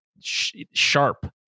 sharp